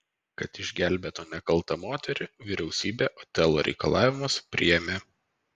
kad išgelbėtų nekaltą moterį vyriausybė otelo reikalavimus priėmė